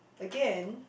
again